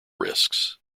risks